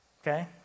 Okay